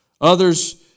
Others